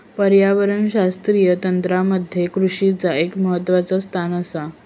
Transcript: पर्यावरणशास्त्रीय तंत्रामध्ये कृषीचा एक महत्वाचा स्थान आसा